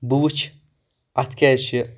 بہٕ وُچھِ اَتھ کیٚازِ چھِ